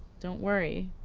don't worry,